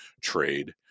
trade